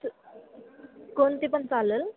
त् कोणती पण चालेल